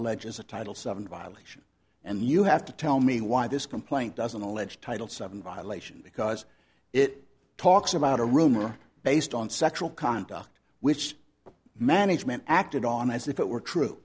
eges a title seven violation and you have to tell me why this complaint doesn't allege title seven violations because it talks about a rumor based on sexual conduct which management acted on as if it were true